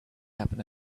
happen